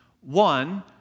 One